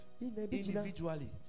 individually